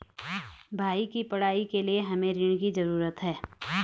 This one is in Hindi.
भाई की पढ़ाई के लिए हमे ऋण की जरूरत है